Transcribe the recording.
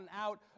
out